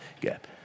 gap